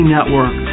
Network